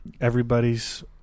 Everybody's